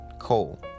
coal